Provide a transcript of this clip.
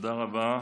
תודה רבה.